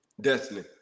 destiny